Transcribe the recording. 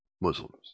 Muslims